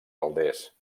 calders